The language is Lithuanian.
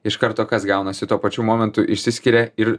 iš karto kas gaunasi tuo pačiu momentu išsiskiria ir